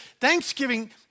Thanksgiving